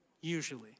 usually